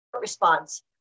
response